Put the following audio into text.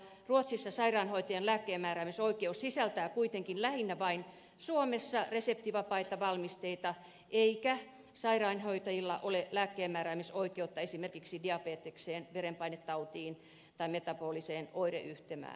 ruotsissa sairaanhoitajan lääkkeenmääräämisoikeus sisältää kuitenkin lähinnä vain suomessa reseptivapaita valmisteita eikä sairaanhoitajilla ole lääkkeenmääräämisoikeutta esimerkiksi diabetekseen verenpainetautiin tai metaboliseen oireyhtymään